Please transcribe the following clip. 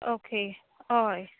okay हय